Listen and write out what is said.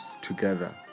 together